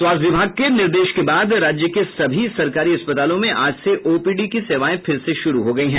स्वास्थ्य विभाग के निर्देश के बाद राज्य के सभी सरकारी अस्पतालों में आज से ओपीडी की सेवाएं फिर से शुरू हो गयी हैं